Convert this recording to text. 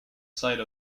site